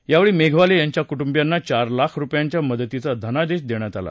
यावेळी मेघवाले यांच्या कुटुंबियांना चार लाख रूपयांच्या मदतीचा धनादेश देण्यात आला